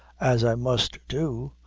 as i must do,